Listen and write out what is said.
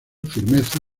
firmeza